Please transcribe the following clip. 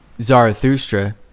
Zarathustra